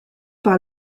par